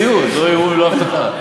זו מציאות, לא איום ולא הבטחה.